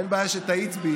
אין בעיה שתאיץ בי,